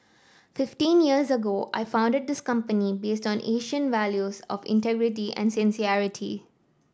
fifteen years ago I founded this company based on Asian values of integrity and sincerity